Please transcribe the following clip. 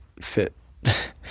fit